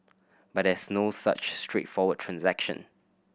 but there's no such straightforward transaction